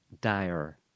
dire